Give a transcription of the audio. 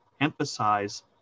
emphasize